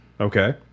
Okay